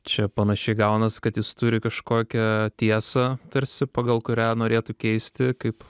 čia panašiai gaunasi kad jis turi kažkokią tiesą tarsi pagal kurią norėtų keisti kaip